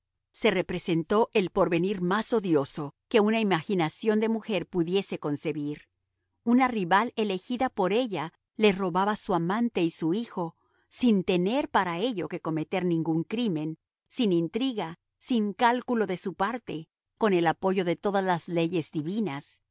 se representó el porvenir más odioso que una imaginación de mujer pudiese concebir una rival elegida por ella le robaba su amante y su hijo sin tener para ello que cometer ningún crimen sin intriga sin cálculo de su parte con el apoyo de todas las leyes divinas